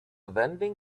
vending